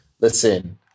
listen